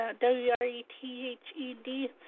W-R-E-T-H-E-D